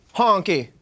honky